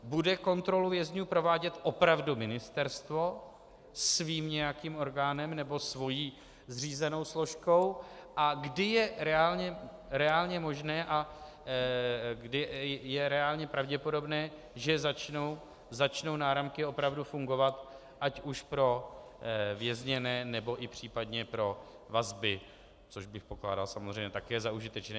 Bude kontrolu vězňů provádět opravdu ministerstvo nějakým svým orgánem nebo svou zřízenou složkou a kdy je reálně možné a pravděpodobné, že začnou náramky opravdu fungovat ať už pro vězněné, nebo i případně pro vazby, což bych pokládal samozřejmě také za užitečné.